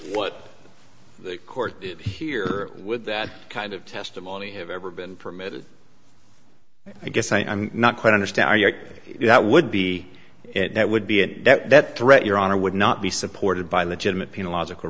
what the court here with that kind of testimony have ever been permitted i guess i'm not quite understand that would be it would be that threat your honor would not be supported by legitimate pain a logical